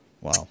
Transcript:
Wow